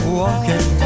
walking